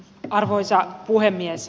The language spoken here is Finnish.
arvoisa puhemies